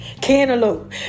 Cantaloupe